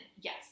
yes